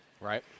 Right